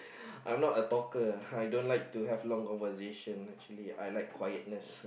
I'm not a talker uh I don't like to have long conversation actually I like quietness